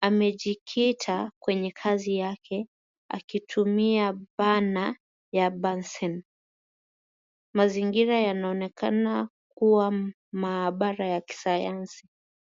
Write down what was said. Amejikita kwenye kazi yake akitumia bunner ya Bunsen. Mazingira yanaonekana kuwa maabara ya kisayansi.